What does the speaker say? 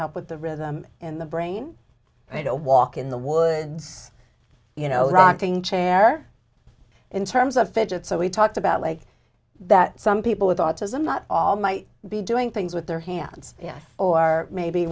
help with the rhythm in the brain to walk in the woods you know rocking chair in terms of fidget so we talked about like that some people with autism not all might be doing things with their hands or maybe